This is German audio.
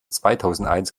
zweitausendeins